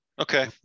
Okay